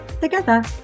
together